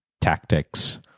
Tactics